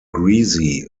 greasy